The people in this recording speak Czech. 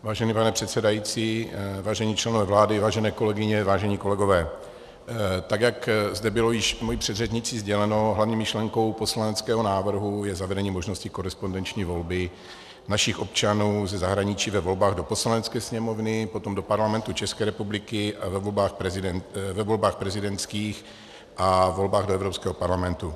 Vážený pane předsedající, vážení členové vlády, vážené kolegyně, vážení kolegové, tak jak zde bylo již mou předřečnicí sděleno, hlavní myšlenkou poslaneckého návrhu je zavedení možnosti korespondenční volby našich občanů ze zahraničí ve volbách do Poslanecké sněmovny Parlamentu České republiky a ve volbách prezidentských a volbách do Evropského parlamentu.